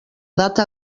data